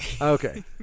Okay